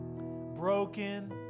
broken